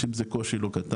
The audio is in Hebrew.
יש עם זה קושי לא קטן.